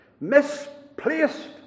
Misplaced